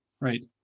right